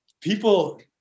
people